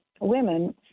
women